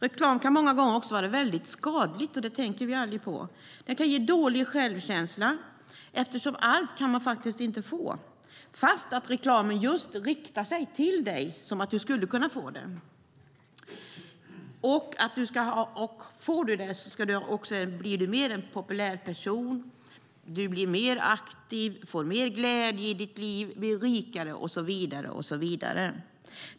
Reklamen kan många gånger vara skadlig, vilket vi aldrig tänker på. Den kan ge dålig självkänsla eftersom du faktiskt inte kan få allt, trots att reklamen riktar sig till just dig på ett sätt som får dig att tro att du kan få det. Får du det blir du enligt reklamen en mer populär person, du blir mer aktiv, får mer glädje i ditt liv, blir rikare och så vidare.